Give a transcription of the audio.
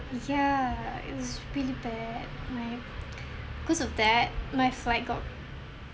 ya it was really bad my cause of that my flight got